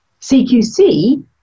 CQC